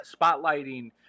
spotlighting